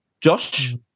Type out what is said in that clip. Josh